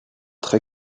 très